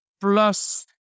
Plus